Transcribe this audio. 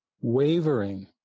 wavering